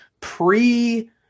pre-